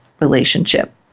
relationship